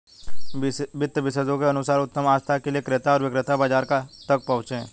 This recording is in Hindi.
वित्त विशेषज्ञों के अनुसार उत्तम आस्था के लिए क्रेता और विक्रेता बाजार तक पहुंचे